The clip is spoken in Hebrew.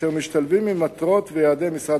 אשר משתלבים עם המטרות והיעדים של משרד